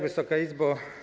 Wysoka Izbo!